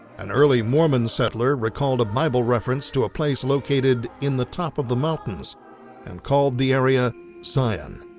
an early mormon settler recalled a bible reference to a place located in the top of the mountains and called the area zion.